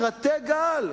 אסטרטג-על.